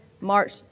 March